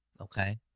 okay